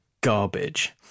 garbage